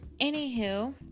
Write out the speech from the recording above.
anywho